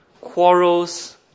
quarrels